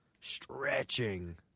stretching